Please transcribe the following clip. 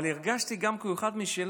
אבל הרגשתי שהוא אחד משלנו